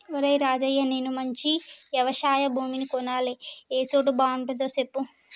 ఒరేయ్ రాజయ్య నేను మంచి యవశయ భూమిని కొనాలి ఏ సోటు బాగుంటదో సెప్పు